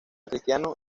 cristiano